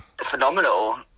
phenomenal